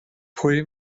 pwy